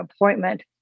appointment